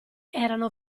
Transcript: erano